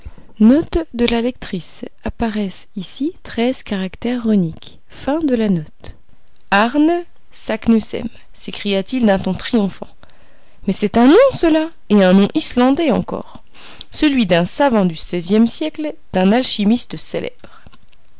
bc bc arne saknussem s'écria-t-il d'un ton triomphant mais c'est un nom cela et un nom islandais encore celui d'un savant du seizième siècle d'un alchimiste célèbre